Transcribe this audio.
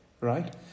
right